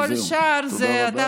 כל השאר זה, זהו, תודה רבה.